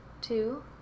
two